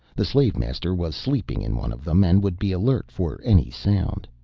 the slave master was sleeping in one of them and would be alert for any sound.